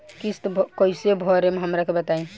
किस्त कइसे भरेम हमरा के बताई?